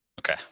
Okay